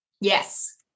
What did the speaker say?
Yes